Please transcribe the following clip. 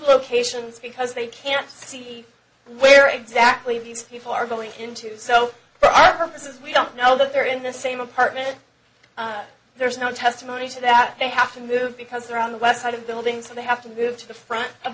locations because they can't see where exactly these people are going into so for our purposes we don't know that they're in the same apartment there's no testimony to that they have to move because they're on the west side of buildings and they have to move to the front of